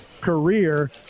career